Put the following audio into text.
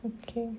okay